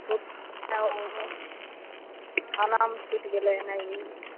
थानामे छुटि गेलै हन ई